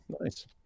Nice